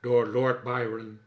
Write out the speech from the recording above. door lord byron